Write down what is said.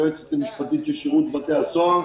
היועצת המשפטית של שירות בתי הסוהר,